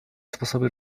sposoby